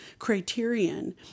criterion